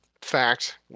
Fact